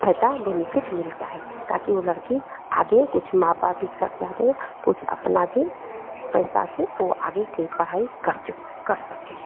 फायदा बेनीफ़िट मिलता है ताकि उह लड़की आगे कुछ माँ बाप भी ख़र्चा दें कुछ अपना भी पैसा से वो आगे की पढ़ाई कर चुक कर सके